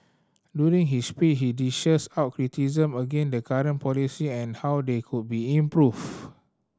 during his speech he dished out criticism against the current policy and how they could be improved